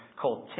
called